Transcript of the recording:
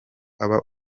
aba